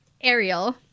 Ariel